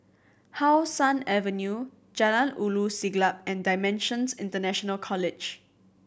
How Sun Avenue Jalan Ulu Siglap and Dimensions International College